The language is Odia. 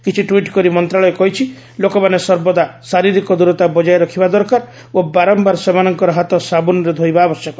କିଛି ଟ୍ୱିଟ୍ କରି ମନ୍ତ୍ରଣାଳୟ କହିଛି ଲୋକମାନେ ସର୍ବଦା ଶାରୀରିକ ଦୂରତା ବଜାୟ ରଖିବା ଦରକାର ଓ ବାରମ୍ଭାର ସେମାନଙ୍କର ହାତ ସାବୁନରେ ଧୋଇବା ଆବଶ୍ୟକ